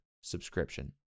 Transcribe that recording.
subscription